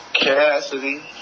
Cassidy